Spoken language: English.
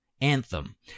Anthem